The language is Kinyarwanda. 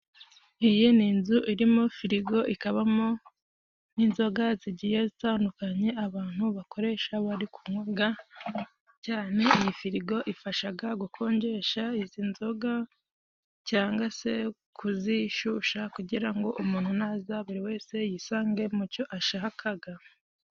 Iyi ni inzu irimo firigo ikabamo n'inzoga zigiye zatandukanye abantu bakoresha bari kunywaga. Cyane iyi firigo ifashaga gukonjesha izi nzoga cyangwa se kuzishusha kugira ngo umuntu naza buri wese yisange mu cyo ashakaga.